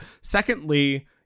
Secondly